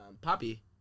Poppy